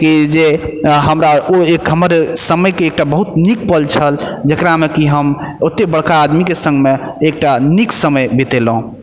कि जे हमरा ओ एक हमर समयके एक टा बहुत नीक पल छल जकरामे कि हम ओते बड़का आदमीके सङ्गमे एक टा नीक समय बितेलहुँ